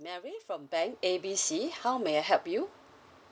mary from bank A B C how may I help you